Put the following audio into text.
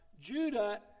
Judah